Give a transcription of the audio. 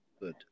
Good